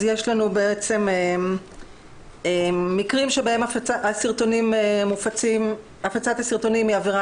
יש לנו מקרים בהם הפצת הסרטונים היא העבירה